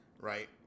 right